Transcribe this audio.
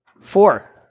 four